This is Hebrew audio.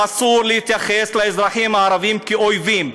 אסור להתייחס לאזרחים הערבים כאל אויבים.